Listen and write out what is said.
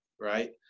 Right